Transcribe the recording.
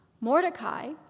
Mordecai